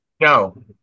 No